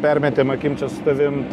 permetėm akim čia su tavim